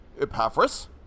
Epaphras